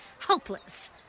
Hopeless